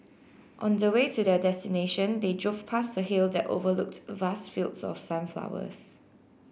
on the way to their destination they drove past a hill that overlooked vast fields of sunflowers